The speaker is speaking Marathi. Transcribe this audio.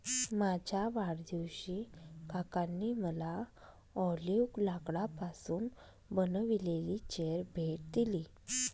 माझ्या वाढदिवशी काकांनी मला ऑलिव्ह लाकडापासून बनविलेली चेअर भेट दिली